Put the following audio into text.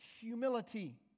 humility